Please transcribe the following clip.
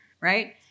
right